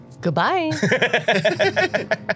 Goodbye